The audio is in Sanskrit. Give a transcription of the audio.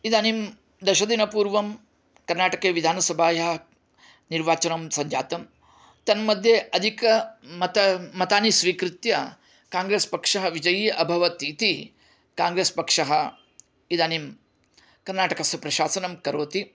इदानीं दशदिनपूर्वं कर्णाटके विधानसभायाः निर्वाचनं सञ्जातं तन्मध्ये अधिकमत मतानि स्वीकृत्य काङ्ग्रेस् पक्ष विजयी अभवत् इति काङ्ग्रेस् पक्ष इदानीं कर्णाटकस्य प्रशासनं करोति